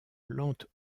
plantes